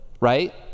right